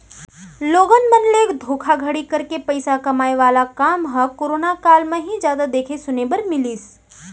लोगन मन ले धोखाघड़ी करके पइसा कमाए वाला काम ह करोना काल म ही जादा देखे सुने बर मिलिस